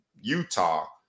Utah